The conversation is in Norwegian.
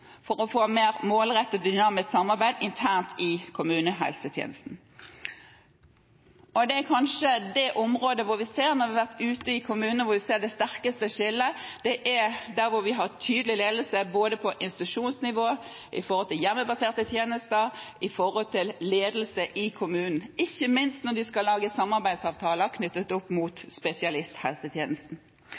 for å få mer målrettet og dynamisk samarbeid internt i kommunehelsetjenesten. Når vi har vært ute i kommunene, er kanskje det området hvor vi ser det sterkeste skillet, der hvor vi har tydelig ledelse på både institusjonsnivå, i hjemmebaserte tjenester, i ledelse i kommunen, ikke minst når det skal lages samarbeidsavtaler knyttet opp mot spesialisthelsetjenesten.